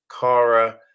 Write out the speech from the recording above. Kara